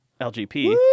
LGP